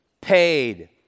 paid